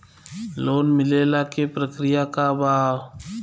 Loan मिलेला के प्रक्रिया का बा?